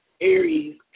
Aries